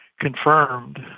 confirmed